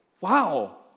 wow